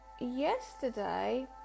yesterday